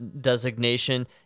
designation